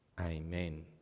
Amen